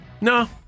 No